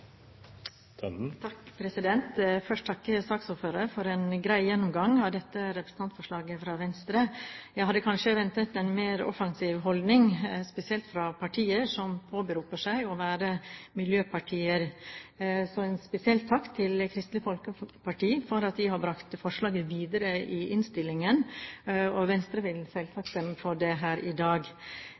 Jeg vil først takke saksordføreren for en grei gjennomgang av dette representantforslaget fra Venstre. Jeg hadde kanskje ventet en mer offensiv holdning, spesielt fra partier som påberoper seg å være miljøpartier. Så en spesiell takk til Kristelig Folkeparti for at de har brakt forslaget videre i innstillingen, og Venstre vil selvsagt stemme for det her i dag.